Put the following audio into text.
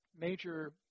major